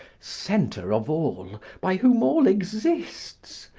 center of all by whom all exists!